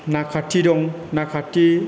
नाकाटि दं नाकाटि